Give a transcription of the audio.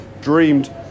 dreamed